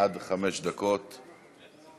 עד חמש דקות לרשותך.